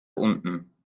unten